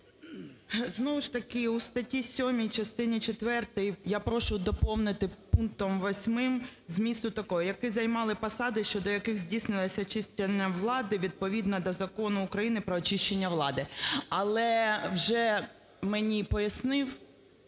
Знову ж таки, у статті 7 частини четвертої я прошу доповнити пунктом 8 змісту такого: "які займали посади, щодо яких здійснюється очищення влади відповідно до Закону України "Про очищення влади"." Але вже мені пояснив